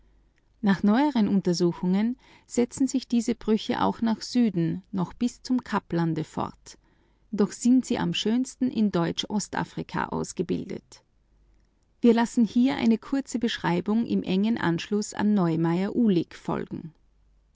nach neueren untersuchungen setzen sich diese brüche auch nach süden noch bis zum kaplande fort doch sind sie am schönsten in deutsch ostafrika ausgebildet wir lassen hier eine kurze beschreibung im engen anschluß an neumayr uhlig folgen